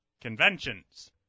conventions